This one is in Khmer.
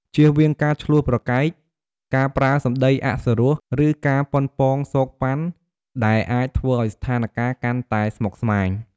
ជៀសវាងការឈ្លោះប្រកែក ការប្រើសម្ដីអសុរោះ ឬការប៉ុនប៉ងស៊កប៉ាន់ ដែលអាចធ្វើឲ្យស្ថានការណ៍កាន់តែស្មុគស្មាញ។